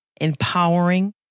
empowering